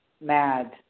Mad